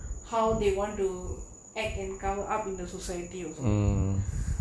how they want to act in cover up in the society also